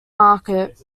market